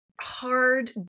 hard